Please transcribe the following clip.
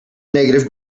negative